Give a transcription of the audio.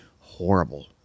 Horrible